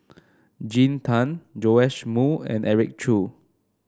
Jean Tay Joash Moo and Eric Khoo